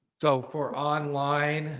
so for online,